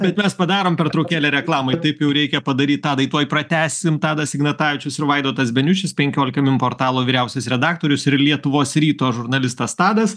bet mes padarom pertraukėlę reklamai taip jau reikia padaryt tadai tuoj pratęsim tadas ignatavičius ir vaidotas beniušis penkiolika min portalo vyriausiasis redaktorius ir lietuvos ryto žurnalistas tadas